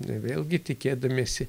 vėlgi tikėdamiesi